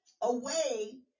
away